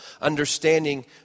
understanding